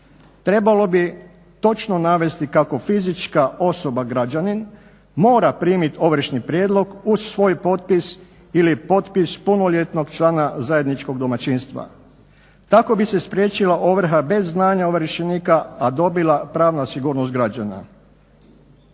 Trebalo bi točno navesti kako fizička osoba, građanin, mora primit ovršni prijedlog uz svoj potpis ili potpis punoljetnog člana zajedničkog domaćinstva. Tako bi se spriječila ovrha bez znanja ovršenika, a dobila pravna sigurnost građana.